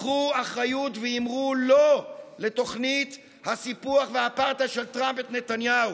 קחו אחריות ואמרו "לא" לתוכנית הסיפוח והאפרטהייד של טראמפ את נתניהו.